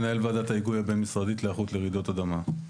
מנהל ועדת ההיגוי הבין-משרדית להיערכות לרעידות אדמה.